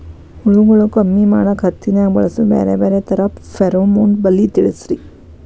ಹುಳುಗಳು ಕಮ್ಮಿ ಮಾಡಾಕ ಹತ್ತಿನ್ಯಾಗ ಬಳಸು ಬ್ಯಾರೆ ಬ್ಯಾರೆ ತರಾ ಫೆರೋಮೋನ್ ಬಲಿ ತಿಳಸ್ರಿ